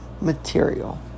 material